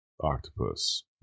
octopus